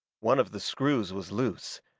one of the screws was loose,